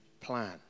plan